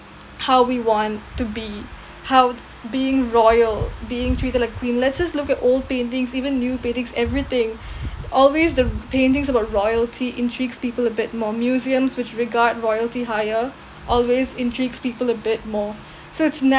how we want to be how being royal being treated like a queen let's just look at old paintings even new paintings everything always the paintings about royalty intrigues people a bit more museums which regard royalty higher always intrigues people a bit more so it's na~